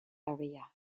area